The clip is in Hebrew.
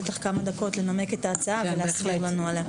לתת לך כמה דקות לנמק את ההצעה ולהסביר לנו עליה.